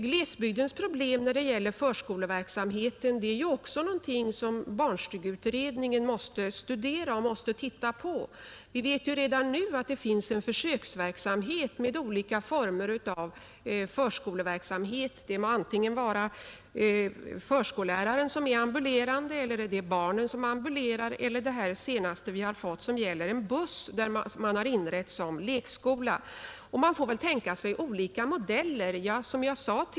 Glesbygdens problem när det gäller förskoleverksamheten är också någonting som barnstugeutredningen måste studera. Vi vet ju redan nu att det finns en försöksverksamhet med olika former av förskoleverksamhet där antingen förskolläraren är ambulerande eller barnen ambulerar eller — det är det senaste — man har inrett en buss som lekskola, Man får väl tänka sig olika modeller.